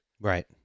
Right